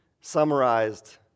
summarized